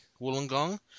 Wollongong